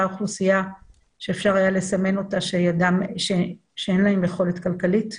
אוכלוסייה שאפשר היה לסמן אותה שאין להם יכולת כלכלית,